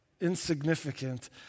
insignificant